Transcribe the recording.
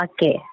Okay